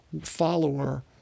follower